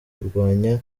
kurwanya